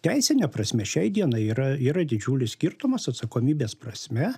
teisine prasme šiai dienai yra yra didžiulis skirtumas atsakomybės prasme